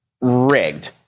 rigged